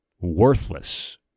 Worthless